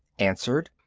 answered,